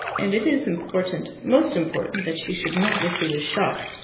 and it is important, most important, that she should not receive a shock.